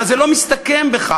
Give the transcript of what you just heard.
אבל זה לא מסתכם בכך.